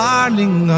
Darling